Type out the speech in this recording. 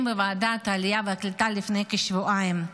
בוועדת העלייה והקליטה לפני כשבועיים.